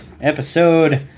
episode